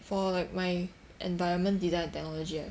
for like my environment design and technology right